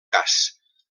cas